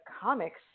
comics